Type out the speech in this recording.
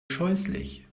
scheußlich